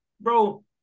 bro